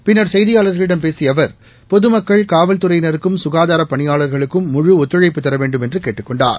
பின்னர் செய்தியாளர்களிடம் பேசிய அவர் பொதமக்கள் காவல்துறையினருக்கும் சுகாதாரப் பணியாளர்களுக்கும் முழு ஒத்துழைப்பு தர வேண்டும் என்று கேட்டுக் கொண்டார்